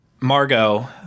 Margot